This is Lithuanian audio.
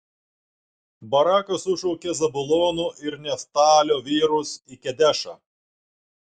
barakas sušaukė zabulono ir neftalio vyrus į kedešą